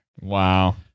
Wow